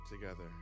together